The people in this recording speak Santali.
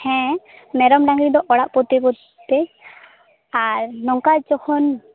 ᱦᱮᱸ ᱢᱮᱨᱚᱢ ᱰᱟᱝᱨᱤ ᱫᱚ ᱚᱲᱟᱜ ᱯᱚᱛᱤ ᱯᱚᱛᱛᱤ ᱟᱨ ᱱᱚᱝᱠᱟ ᱡᱚᱠᱷᱚᱱ